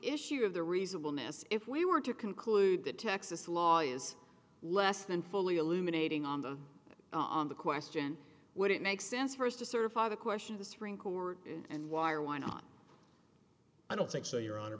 issue of the reasonable mass if we were to conclude that texas law is less than fully illuminating on the on the question would it make sense for us to certify the question of the supreme court and why or why not i don't think so your hon